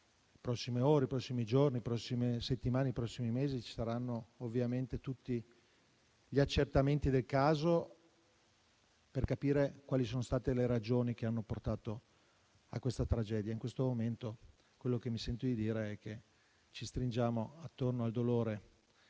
prossimi giorni, nelle prossime settimane e nei prossimi mesi ci saranno tutti gli accertamenti del caso, per capire quali sono state le ragioni che hanno portato a questa tragedia. In questo momento, quello che mi sento di dire è che ci stringiamo attorno al dolore